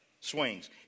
swings